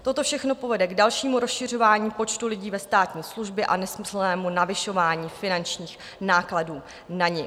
Toto všechno povede k dalšímu rozšiřování počtu lidí ve státní službě a k nesmyslnému navyšování finančních nákladů na ně.